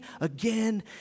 again